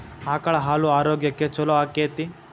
ಆಕಳ ಹಾಲು ಆರೋಗ್ಯಕ್ಕೆ ಛಲೋ ಆಕ್ಕೆತಿ?